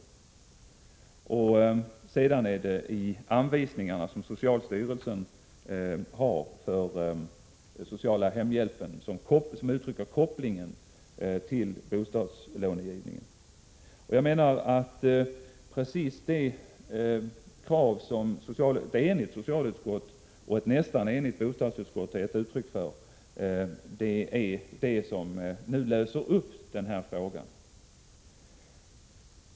Socialstyrelsens anvisningar när det gäller den sociala hemhjälpen uttrycker sedan kopplingen till bostadslånegivningen. Precis de krav som ett enigt socialutskott och ett nästan enigt bostadsutskott har gett uttryck för är enligt min mening det som nu löser upp den här frågan.